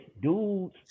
Dudes